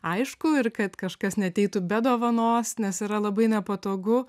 aišku ir kad kažkas neateitų be dovanos nes yra labai nepatogu